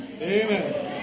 Amen